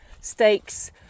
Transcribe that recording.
stakes